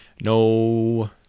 no